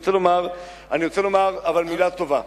אבל אני רוצה לומר מלה טובה,